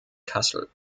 kassel